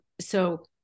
So-